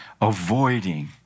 avoiding